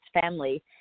family